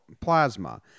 plasma